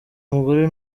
umugore